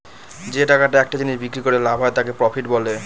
যে টাকাটা একটা জিনিস বিক্রি করে লাভ হয় তাকে প্রফিট বলে